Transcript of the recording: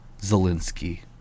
Zelensky